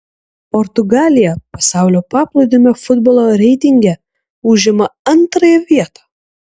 portugalija pasaulio paplūdimio futbolo reitinge užima antrąją vietą